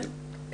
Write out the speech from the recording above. כן.